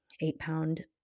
eight-pound